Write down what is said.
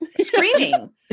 Screaming